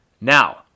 Now